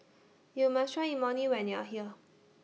YOU must Try Imoni when YOU Are here